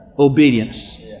Obedience